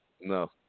No